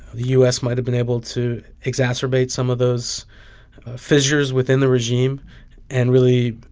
the u s. might have been able to exacerbate some of those fissures within the regime and really,